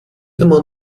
immer